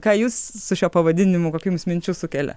ką jūs su šiuo pavadinimu kokių jums minčių sukelia